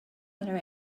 other